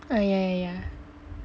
oh yeah yeah